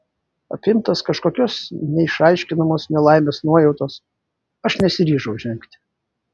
apimtas kažkokios neišaiškinamos nelaimės nuojautos aš nesiryžau žengti